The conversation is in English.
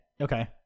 Okay